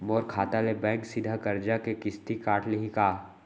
मोर खाता ले बैंक सीधा करजा के किस्ती काट लिही का?